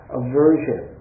aversion